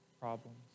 problems